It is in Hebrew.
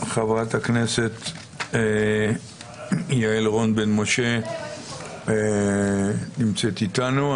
חברת הכנסת יעל רון בן משה נמצאת איתנו.